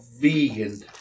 vegan